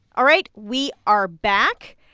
all right. we are back.